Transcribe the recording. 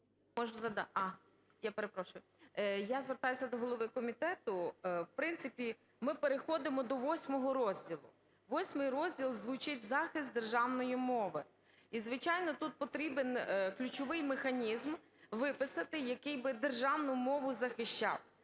Я звертаюся до голови комітету. В принципі ми переходимо до восьмого розділу. Восьмий розділ звучить: "Захист державної мови". І, звичайно, тут потрібен ключовий механізм виписати, який би державну мову захищав,